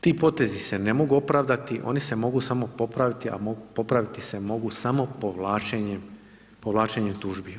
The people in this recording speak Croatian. Ti potezi se ne mogu opravdati, oni se mogu samo popraviti a popraviti se mogu samo povlačenje tužbi.